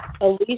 Elise